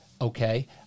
okay